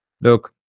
look